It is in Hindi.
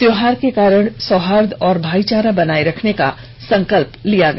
त्यौहार के दौरान सौहार्द और भाईचारा बनाये रखने का संकल्प लिया गया